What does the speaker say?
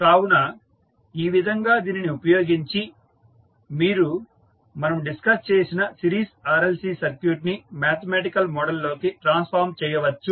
కావున ఈ విధంగా దీనిని ఉపయోగించి మీరు మనము డిస్కస్ చేసిన సిరీస్ RLC సర్క్యూట్ ని మ్యాథమెటికల్ మోడల్ లోకి ట్రాన్సఫార్మ్ చేయవచ్చు